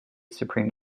supreme